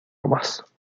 ramas